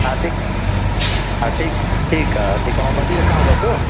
हा ठीकु हा ठीकु ठीकु आहे ठीकु आहे मां ॿधी रखांव थो पियो